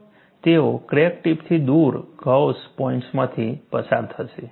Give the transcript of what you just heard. તેઓ ક્રેક ટીપથી દૂર ગૌસ પોઇન્ટ્સમાંથી પસાર થશે